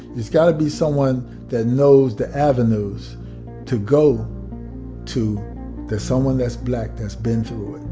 it's got to be someone that knows the avenues to go to that someone that's black that's been through it.